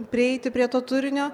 prieiti prie to turinio